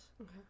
Okay